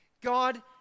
God